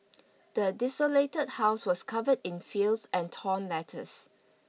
the desolated house was covered in filth and torn letters